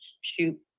shoot